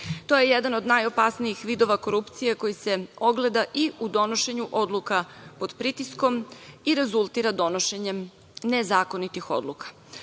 To je jedan od najopasnijih vidova korupcije koji se ogleda i u donošenju odluka pod pritiskom i rezultira donošenjem nezakonitih